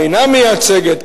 אינה מייצגת,